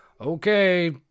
okay